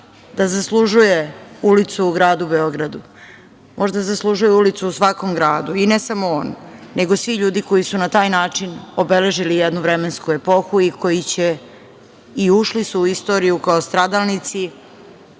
da zaslužuje ulicu u gradu Beogradu. Možda zaslužuje ulicu u svakom gradu i ne samo on, nego svi ljudi koji su na taj način obeležili jednu vremensku epohu i ušli su u istoriju kao stradalnici,